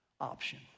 option